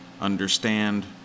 understand